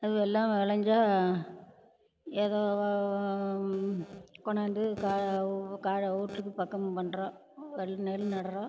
எல்லாம் விளஞ்சா ஏதோ கொணாந்து கா காடை வீட்டுக்கு பக்கம் பண்றோம் வல் நெல் நடுறோம்